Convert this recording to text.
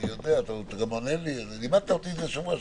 תעבוד, למה?